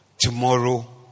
tomorrow